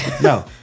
no